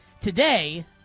Today